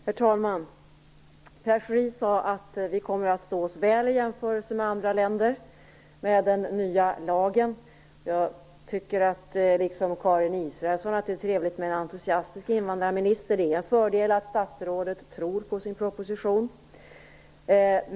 Herr talman! Pierre Schori sade att vi kommer att stå oss väl i jämförelse med andra länder med den nya lagen. Jag tycker, liksom Karin Israelsson, att det är trevligt med en entusiastisk invandrarminister. Det är en fördel att statsrådet tror på sin proposition.